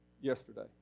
yesterday